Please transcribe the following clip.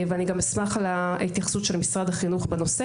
אני אשמח לקבל התייחסות ממשרד החינוך בנושא,